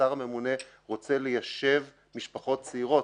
השר הממונה רוצה ליישב משפחות צעירות.